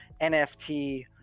NFT